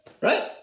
right